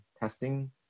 testing